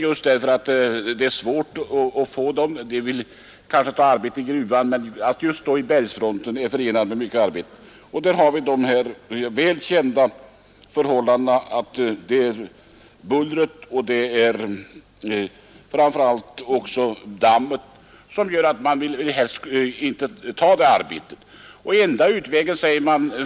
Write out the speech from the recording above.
Just till bergsfronten är det svårt att få arbetare; det är bullret och framför allt dammet som avskräcker.